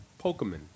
Pokemon